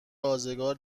آزگار